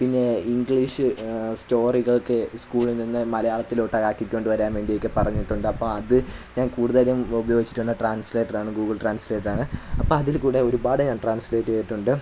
പിന്നെ ഇംഗ്ലീഷ് സ്റ്റോറികൾക്ക് സ്കൂളിൽ നിന്ന് മലയാളത്തിലോട്ടാക്കി കൊണ്ടുവരാൻ വേണ്ടിയൊക്കെ പറഞ്ഞിട്ടുണ്ട് അപ്പോള് അത് ഞാൻ കൂടുതലും ഉപയോഗിച്ചിട്ടുള്ള ട്രാൻസ്ലേറ്ററാണ് ഗൂഗിൾ ട്രാൻസ്ലേറ്ററാണ് അപ്പോള് അതില്ക്കൂടെ ഒരുപാട് ഞാൻ ട്രാൻസ്ലേറ്റ് ചെയ്തിട്ടുണ്ട്